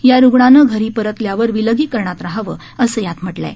या रुग्णानं घरी परतल्यावर विलगीकरणात राहावं असं यात म्हटलं आहे